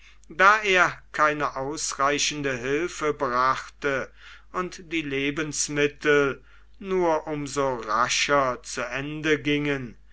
da er keine ausreichende hilfe brachte und die lebensmittel nur um so rascher zu ende gingen